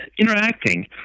interacting